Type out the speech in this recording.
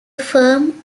firm